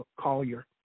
Collier